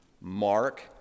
Mark